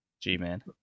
G-Man